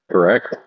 Correct